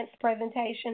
presentation